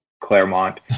Claremont